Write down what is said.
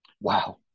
Wow